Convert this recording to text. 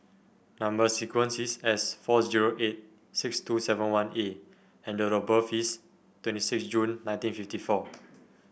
number sequence is S four zero eight six two seven one A and date of birth is twenty six June nineteen fifty four